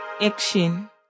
Action